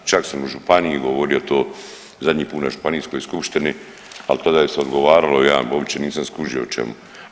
Čak sam u županiji govorio to zadnji put na Županijskoj skupštini, ali to da se odgovaralo ja uopće nisam skužio o čemu.